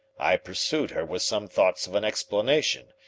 i pursued her with some thoughts of an explanation,